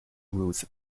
routes